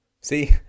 See